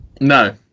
No